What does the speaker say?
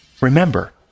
Remember